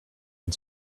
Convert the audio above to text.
and